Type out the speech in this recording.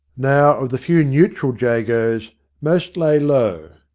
now, of the few neutral jagos most lay low.